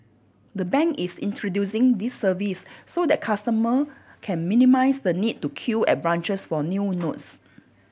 the bank is introducing this service so that customer can minimise the need to queue at branches for new notes